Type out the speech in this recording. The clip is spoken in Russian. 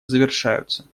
завершаются